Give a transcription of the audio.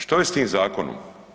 Što je s tim zakonom?